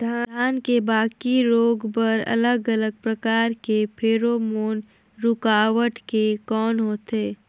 धान के बाकी रोग बर अलग अलग प्रकार के फेरोमोन रूकावट के कौन होथे?